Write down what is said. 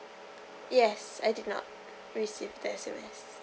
yes I did not receive the S_M_S